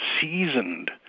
seasoned